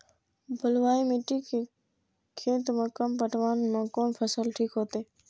बलवाही मिट्टी के खेत में कम पटवन में कोन फसल ठीक होते?